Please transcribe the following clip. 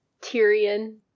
Tyrion